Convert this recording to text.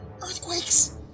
earthquakes